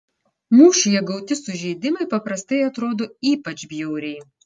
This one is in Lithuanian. mūšyje gauti sužeidimai paprastai atrodo ypač bjauriai